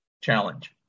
challenge